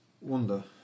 wonder